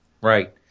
Right